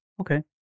Okay